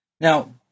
Now